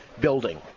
building